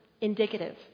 Indicative